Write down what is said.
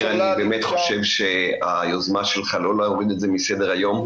אני באמת חושב שהיוזמה שלך לא להוריד את זה מסדר היום,